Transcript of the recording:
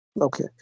Okay